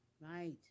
right